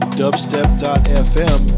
dubstep.fm